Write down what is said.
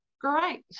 great